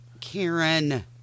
Karen